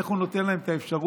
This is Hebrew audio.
איך הוא נותן להם את האפשרות